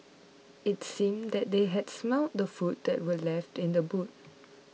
it seemed that they had smelt the food that were left in the boot